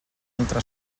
altre